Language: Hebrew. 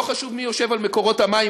לא חשוב מי יושב על מקורות המים,